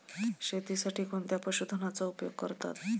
शेतीसाठी कोणत्या पशुधनाचा उपयोग करतात?